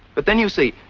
but then you see,